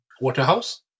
Waterhouse